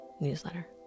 newsletter